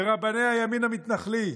מרבני הימין המתנחלי: